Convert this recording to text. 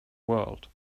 world